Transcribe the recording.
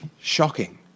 shocking